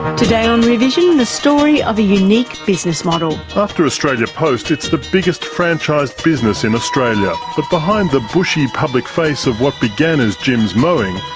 today on rear vision the story of a unique business model. after australia post it's the biggest franchised business in australia. but behind the bushy public face of what began as jim's mowing,